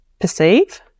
perceive